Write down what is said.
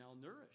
malnourished